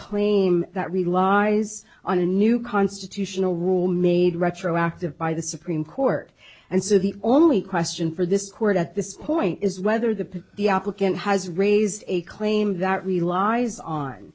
claim that relies on a new constitutional rule made retroactive by the supreme court and so the only question for this court at this point is whether the the applicant has raised a claim that we law is on